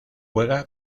juega